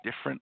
different